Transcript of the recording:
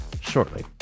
shortly